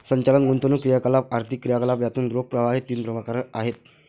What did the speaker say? संचालन, गुंतवणूक क्रियाकलाप, आर्थिक क्रियाकलाप यातून रोख प्रवाहाचे तीन प्रकार आहेत